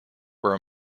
were